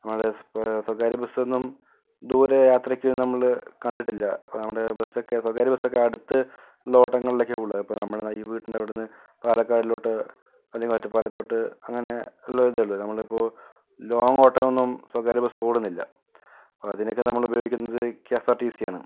നമ്മളെ സ്വകാര്യ ബസ് ഒന്നും ദൂരെ യാത്രയ്ക്ക് നമ്മള് കണ്ടിട്ടില്ല നമ്മുടെ ബസൊക്കെ സ്വകാര്യ ബസ് ഒക്കെ അടുത്ത് ഉള്ള ഓട്ടങ്ങളിൽ ഒക്കെയുള്ളൂ ഇപ്പം നമ്മളെ ഈ വീടിൻ്റെ അവിടുന്ന് പാലക്കാട്ടിലോട്ട് അല്ലെങ്കിൽ ഒറ്റപ്പാലത്തോട്ട് അങ്ങനെ ഉള്ളതേ ഉള്ളൂ നമ്മളിപ്പോ ലോങ്ങ് ഓട്ടങ്ങൾ ഒന്നും സ്വകാര്യ ബസ് ഓടുന്നില്ല അപ്പോ അതിനൊക്കെ നമ്മൾ ഉപയോഗിക്കുന്നത് കെഎസ്ആർടിസി ആണ്